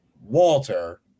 Walter